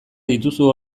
dituzu